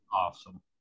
awesome